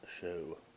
Show